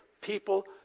people